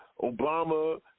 Obama